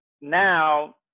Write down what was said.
Now